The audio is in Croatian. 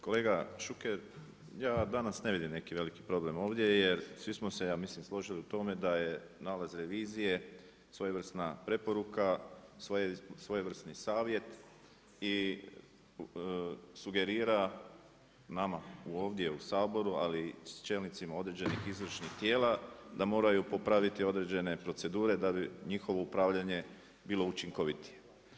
Kolega Šuker, ja danas ne vidim neki veliki problem ovdje jer svi smo se ja mislim složili u tome da je nalaz revizije svojevrsna preporuka, svojevrsni savjet i sugerira nama ovdje u Saboru, ali i čelnicima određenih izvršnih tijela da moraju popraviti određene procedure da bi njihovo upravljanje bilo učinkovitije.